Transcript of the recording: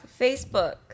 Facebook